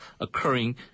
occurring